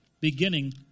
beginning